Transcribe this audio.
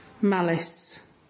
malice